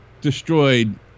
destroyed